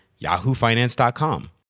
yahoofinance.com